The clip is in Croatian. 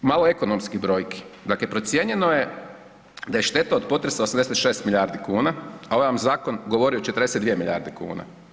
Malo ekonomskih brojki, dakle procijenjeno je da je šteta od potresa 86 milijardi kuna, a ovaj vam zakon govori o 42 milijarde kuna.